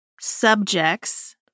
subjects